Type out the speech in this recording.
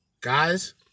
Guys